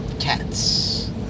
cats